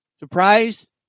Surprise